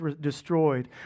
destroyed